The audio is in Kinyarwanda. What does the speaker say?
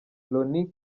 loni